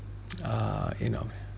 uh you know